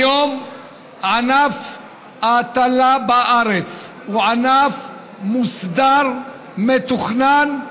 היום ענף ההטלה בארץ הוא ענף מוסדר, מתוכנן.